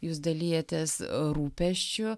jūs dalijatės rūpesčiu